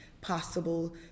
possible